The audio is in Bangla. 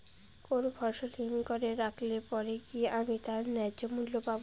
কোনো ফসল হিমঘর এ রাখলে পরে কি আমি তার ন্যায্য মূল্য পাব?